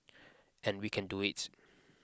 and we can do it